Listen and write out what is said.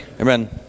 Amen